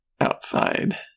outside